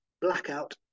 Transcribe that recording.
blackout